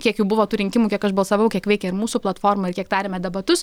kiek jau buvo tų rinkimų kiek aš balsavau kiek veikė ir mūsų platforma ir kiek darėme debatus